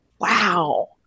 wow